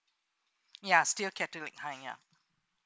ya still catholic high ya